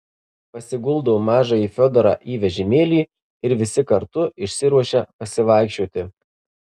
pasiguldo mažąjį fiodorą į vežimėlį ir visi kartu išsiruošia pasivaikščioti